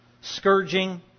scourging